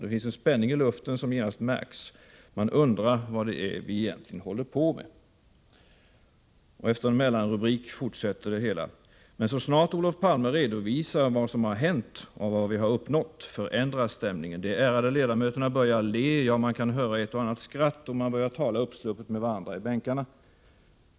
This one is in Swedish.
Det finns en spänning i luften som genast märks. Man undrar vad det är vi egentligen håller på med.” Efter en mellanrubrik fortsätter artikeln: ”Men så snart Olof Palme redovisar vad som har hänt och vad vi har uppnått, förändras stämningen. De ärade ledamöterna börjar le, ja man kan höra ett och annat skratt, och man börjar tala uppsluppet med varandra i bänkarna.